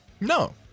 No